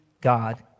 God